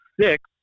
six